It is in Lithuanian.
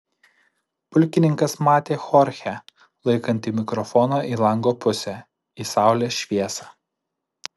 pulkininkas matė chorchę laikantį mikrofoną į lango pusę į saulės šviesą